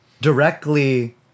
directly